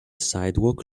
sidewalk